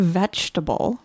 vegetable